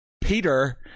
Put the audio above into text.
Peter